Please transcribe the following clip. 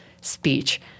speech